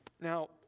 Now